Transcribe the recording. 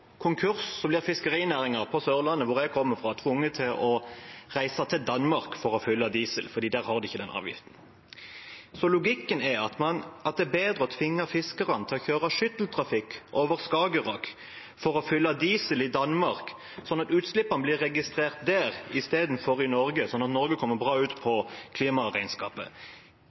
konkurs blir fiskerinæringen på Sørlandet, hvor jeg kommer fra, tvunget til å reise til Danmark for å fylle diesel, for der har de ikke denne avgiften. Logikken er at det er bedre å tvinge fiskerne til å kjøre skytteltrafikk over Skagerrak for å fylle diesel i Danmark, og at utslippene blir registrert der istedenfor i Norge, sånn at Norge kommer bra ut i klimaregnskapet,